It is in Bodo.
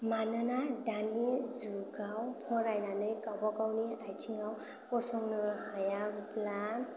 मानोना दानि जुगाव फरायनानै गाबागावनि आइथिङाव गसंनो हायाब्ला